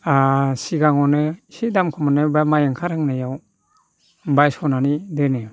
ओ सिगाङावनो एसे दाम खम मोनो ओंखारहांनायाव बायस'नानै दोनो